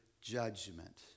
judgment